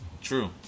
True